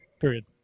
period